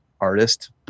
artist